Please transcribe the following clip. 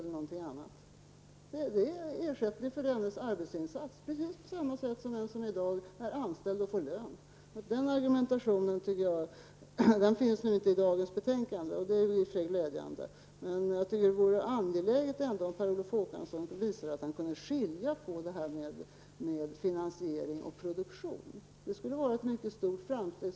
Det handlar ju om en ersättning för en arbetsinsats. Den som i dag är anställd får ju lön. Den argumentation som jag här talar om återfinns inte i det betänkande som vi i dag behandlar, och det är i och för sig glädjande. Men jag tycker att det är angeläget att Per Olof Håkansson visar oss att han kan skilja på detta med finansiering och produktion. Om han visar det, skulle det vara ett mycket stort framsteg.